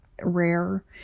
rare